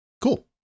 Cool